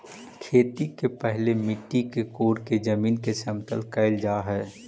खेती के पहिले मिट्टी के कोड़के जमीन के समतल कैल जा हइ